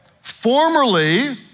Formerly